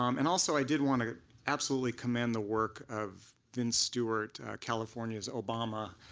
um and also i did want to absolutely commend the work of vince stewart, california's obama,